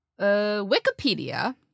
Wikipedia